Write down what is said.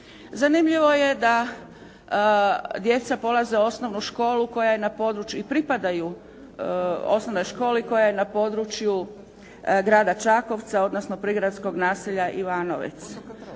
koja je na području i pripadaju osnovnoj školi koja je na području Grada Čakovca, odnosno prigradskog naselja Ivanovec.